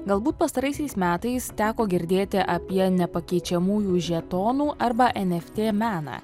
galbūt pastaraisiais metais teko girdėti apie nepakeičiamųjų žetonų arba eft meną